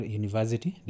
university